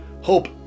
Hope